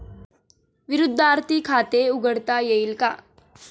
विद्यार्थी खाते उघडता येईल का?